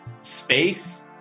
space